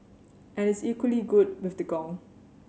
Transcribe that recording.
and is equally good with the gong